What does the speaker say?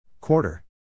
Quarter